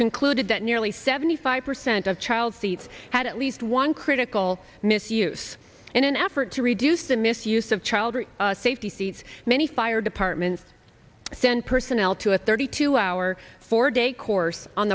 concluded that nearly seventy five percent of child seats had at least one critical misuse in an effort to reduce the misuse of child safety seats many fire departments send personnel to a thirty two hour four day course on